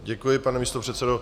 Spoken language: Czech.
Děkuji, pane místopředsedo.